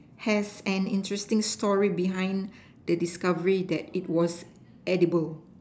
have an interesting story behind the discovery that it was edible